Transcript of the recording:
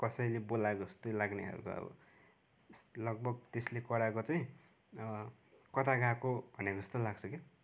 कसैले बोलाएको जस्तो लाग्ने खाल्को अब लगभग त्यसले कराएको चाहिँ कता गएको भनेको जस्तो लाग्छ क्या हौ